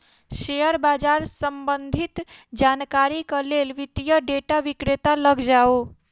share बाजार सम्बंधित जानकारीक लेल वित्तीय डेटा विक्रेता लग जाऊ